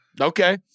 Okay